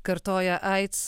kartoja aids